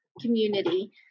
community